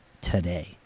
today